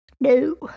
No